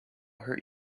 hurt